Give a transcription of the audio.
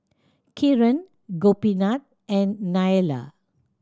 Kiran Gopinath and Neila